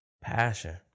Passion